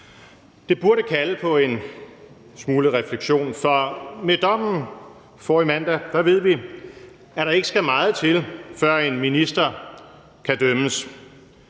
Det burde kalde på en smule refleksion, for med dommen forrige mandag ved vi, at der ikke skal meget til, før en minister kan dømmes.